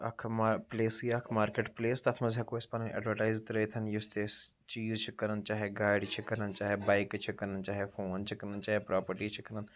اَکھ مار پٕلیسٕے اَکھ مارکیٹ پٕلیس تَتھ منٛز ہٮ۪کو أسۍ پَنٕنۍ ایڈوَٹایز ترٲیتھ یُس تہِ أسۍ چیٖز چھِ کنان چاہے گاڑِ چھِ کٕنان چاہے بایکہٕ چھِ کٕنان چاہے فون چھِ کَٕنان چاہے پراپرٹی چھِ کَٕنان